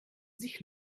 sich